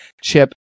chip